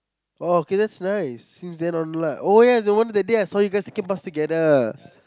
oh okay that's nice since then on lah oh yes oh no wonder that day I saw you guys taking bus together